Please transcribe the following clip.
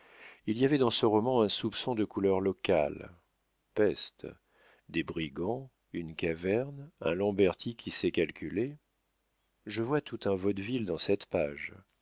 il y avait dans ce roman un soupçon de couleur locale peste des brigands une caverne un lamberti qui sait calculer je vois tout un vaudeville dans cette page